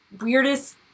weirdest